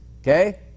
Okay